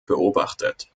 beobachtet